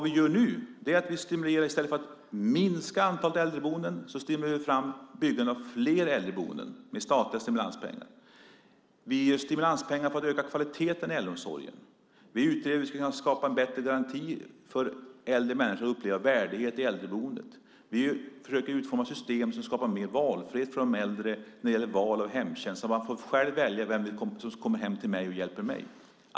I stället för att minska antalet äldreboenden stimulerar vi nu genom statliga stimulanspengar byggandet av fler äldreboenden. Vi ger stimulanspengar för att öka kvaliteten i äldreomsorgen. Vi utreder hur vi ska kunna skapa en bättre garanti för att äldre människor ska uppleva värdighet i äldreboendet. Vi försöker utforma system som skapar mer valfrihet för de äldre när det gäller valet av hemtjänst så att de själva får välja vem som kommer hem och hjälper dem.